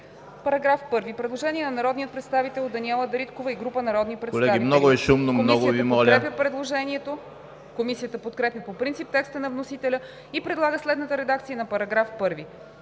Предложение на народния представител Даниела Дариткова и група народни представители. Комисията подкрепя предложението. Комисията подкрепя по принцип текста на вносителя и предлага следната редакция на § 3,